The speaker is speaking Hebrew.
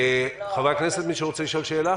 חברי הכנסת, מישהו רוצה לשאול שאלה?